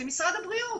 זה משרד הבריאות.